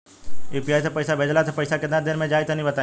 UPI से पईसा भेजलाऽ से पईसा केतना देर मे जाई तनि बताई?